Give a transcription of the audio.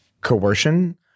coercion